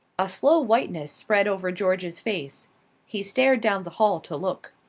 a slow whiteness spread over george's face he stared down the hall to look.